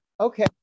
Okay